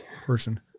person